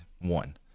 One